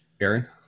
Aaron